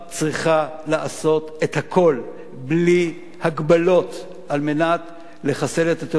צריכה לעשות את הכול בלי הגבלות על מנת לחסל את הטרור.